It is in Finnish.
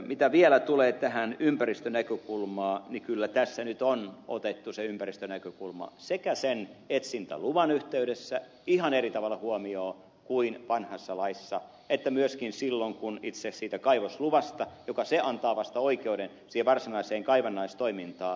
mitä vielä tulee ympäristönäkökulmaan niin kyllä tässä nyt on otettu huomioon ympäristönäkökulma sekä etsintäluvan yhteydessä ihan eri tavalla kuin vanhassa laissa että myöskin silloin kun päätetään itse kaivosluvasta joka antaa vasta oikeuden varsinaiseen kaivannaistoimintaan